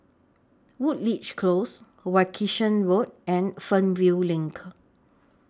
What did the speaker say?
Woodleigh Close Wilkinson Road and Fernvale LINK